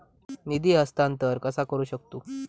निधी हस्तांतर कसा करू शकतू?